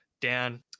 Dan